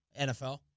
NFL